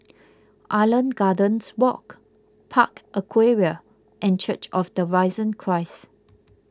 Island Gardens Walk Park Aquaria and Church of the Risen Christ